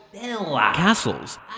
castles